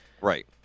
Right